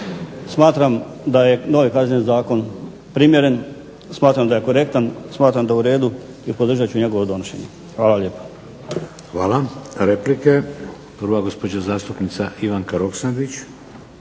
Smatram da je novi Kazneni zakon primjeren, smatram da je korektan, smatram da je u redu i podržat ću njegovo donošenje. Hvala lijepa. **Šeks, Vladimir (HDZ)** Hvala. Replike. Prva gospođa zastupnica Ivanka Roksandić.